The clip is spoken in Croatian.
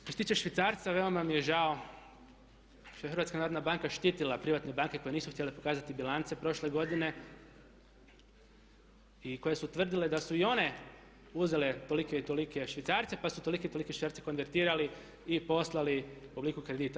Što se tiče švicarca veoma mi je žao što je HNB štitila privatne banke koje nisu htjele pokazati bilance prošle godine i koje su tvrdile da su i one uzele tolike i tolike švicarce pa su toliki i toliki švicarci konvertirali i poslali u obliku kredita.